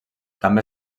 també